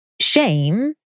shame